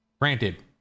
Granted